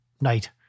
night